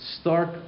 stark